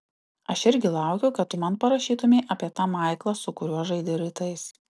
aš irgi laukiu kad tu man parašytumei apie tą maiklą su kuriuo žaidi rytais